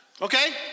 Okay